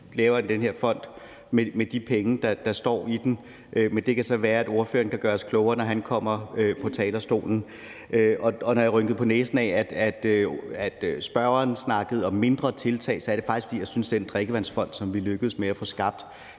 laver den her fond med de penge, der står i den. Men det kan være, at ordføreren kan gøre os klogere, når han kommer på talerstolen. Når jeg rynkede på næsen af, at spørgeren snakkede om mindre tiltag, var det faktisk, fordi jeg synes, at den drikkevandsfond, som vi lykkedes med at få skabt